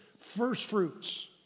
firstfruits